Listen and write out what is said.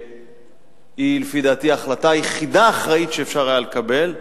שהיא לפי דעתי ההחלטה היחידה האחראית שאפשר היה לקבל,